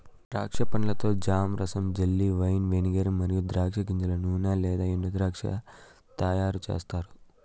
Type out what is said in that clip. ద్రాక్ష పండ్లతో జామ్, రసం, జెల్లీ, వైన్, వెనిగర్ మరియు ద్రాక్ష గింజల నూనె లేదా ఎండుద్రాక్ష తయారుచేస్తారు